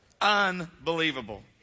unbelievable